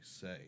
say